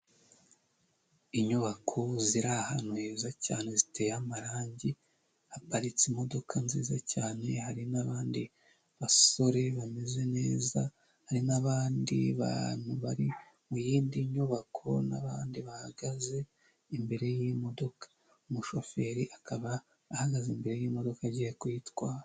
Inyubako ziri ahantu heza cyane ziteye amarangi haparitse imodoka nziza cyane, hari n'abandi basore bameze neza, hari n'abandi bantu bari mu yindi nyubako, n'abandi bahagaze imbere y'imodoka. Umushoferi akaba ahagaze imbere y'imodoka agiye kuyitwara.